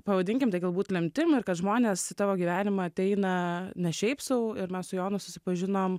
pavadinkim tai galbūt lemtim ir kad žmonės į tavo gyvenimą ateina ne šiaip sau ir mes su jonu susipažinom